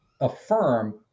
affirm